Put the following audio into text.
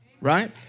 right